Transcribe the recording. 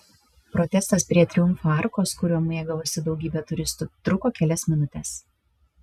protestas prie triumfo arkos kuriuo mėgavosi daugybė turistų truko kelias minutes